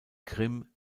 grimm